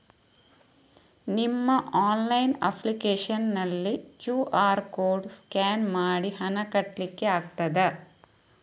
ನಿಮ್ಮ online application ನಲ್ಲಿ QR code scan ಮಾಡಿ ಹಣ ಕಟ್ಲಿಕೆ ಆಗ್ತದ?